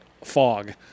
fog